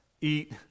Eat